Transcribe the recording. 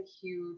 huge